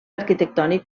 arquitectònic